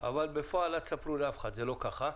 אבל בפועל, אל תספרו לאף אחד, זה לא ככה.